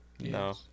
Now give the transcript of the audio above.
No